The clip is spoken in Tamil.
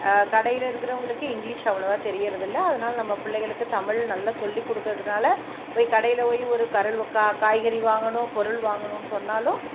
கடையில் இருக்கிறவங்களுக்கு இங்கிலீஷ் அவ்வளோவா தெரியறதில்லை அதனால் நம்ம பிள்ளைகளுக்கு தமிழ் நல்லா சொல்லி கொடுக்குறதுனால இப்போ கடையில் போய் ஒரு காய்கறி வாங்கணும் பொருள் வாங்கணும்ன்னு சொன்னாலும்